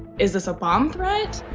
is this a bomb threat?